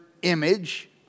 image